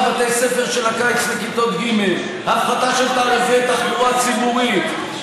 הרחבת בתי ספר של הקיץ מכיתות ג'; הפחתה של תעריפי תחבורה ציבורית,